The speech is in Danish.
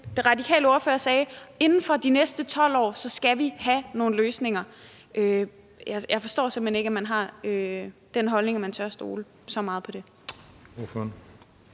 Den radikale ordfører sagde: Inden for de næste 12 år skal vi have nogle løsninger. Jeg forstår simpelt hen ikke, at man har den holdning, at man tør stole så meget på det.